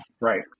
Right